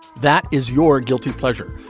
that is your guilty pleasure.